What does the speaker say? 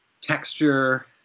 texture